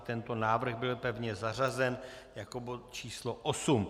Tento návrh byl pevně zařazen jako bod číslo osm.